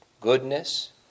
goodness